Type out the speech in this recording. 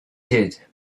did